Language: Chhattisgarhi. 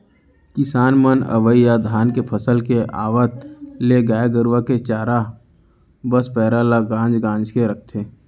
किसान मन अवइ या धान के फसल के आवत ले गाय गरूवा के चारा बस पैरा ल गांज गांज के रखथें